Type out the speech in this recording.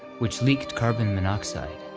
which leaked carbon monoxide.